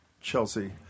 chelsea